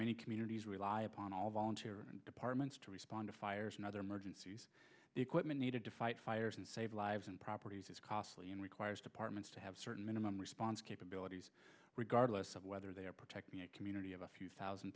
many communities rely upon all volunteer departments to respond to fires and other emergencies the equipment needed to fight fires and save lives and properties is costly and requires departments to have certain minimum response capabilities regardless of whether they are protecting a community of a few thousand